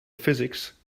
physics